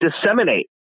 disseminate